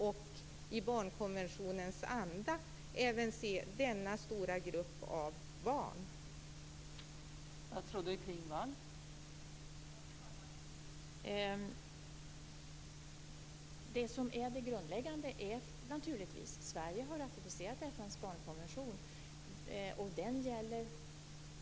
Kan vi se även denna stora grupp av barn i barnkonventionens anda?